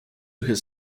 his